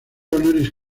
honoris